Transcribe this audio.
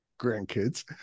grandkids